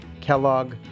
Kellogg